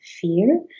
fear